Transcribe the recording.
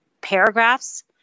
paragraphs